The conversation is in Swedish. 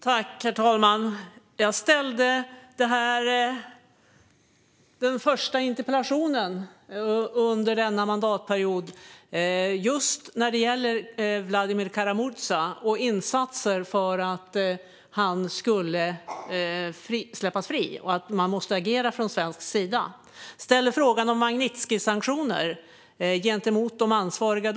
Herr talman! Jag ställde den första interpellationen under denna mandatperiod om just Vladimir Kara-Murza och insatser för att han skulle släppas fri och att man måste agera från svensk sida. Jag ställde då frågan om Magnitskijsanktioner gentemot de ansvariga.